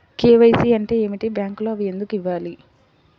KYC అంటే ఏమిటి? బ్యాంకులో అవి ఎందుకు ఇవ్వాలి?